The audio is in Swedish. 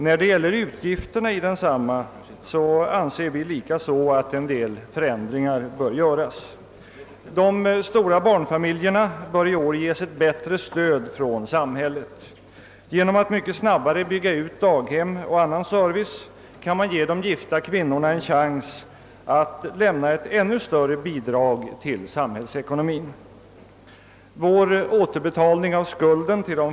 När det gäller utgifterna i densamma anser vi likaså att en del förändringar bör göras. De stora barnfamiljerna bör i år ges bättre stöd från samhället. Genom att mycket snabbare bygga ut daghem och annan service kan man ge de gifta kvinnorna en chans att lämna ett ännu större bidrag till samhällsekonomien.